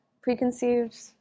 preconceived